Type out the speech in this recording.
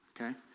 okay